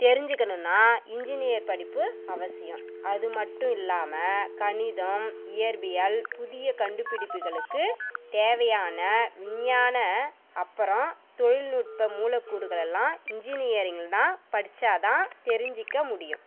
தெரிஞ்சிக்கணும்னா engineer படிப்பு அவசியம் அது மட்டும் இல்லாமல் கணிதம் இயற்பியல் புதிய கண்டுபிடிப்புகளுக்குத் தேவையான விஞ்ஞான அப்புறம் தொழில்நுட்ப மூலக்கூறுகளை எல்லாம் இன்ஜினியரிங்ல தான் படிச்சால் தான் தெரிஞ்சிக்க முடியும்